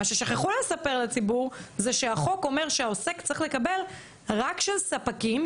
מה ששכחו לספר לציבור זה שהחוק אומר שהעוסק צריך לקבל רק של ספקים,